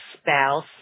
spouse